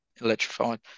electrified